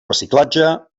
reciclatge